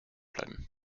bleiben